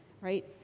right